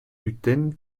gluten